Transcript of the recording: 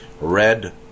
red